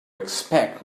expect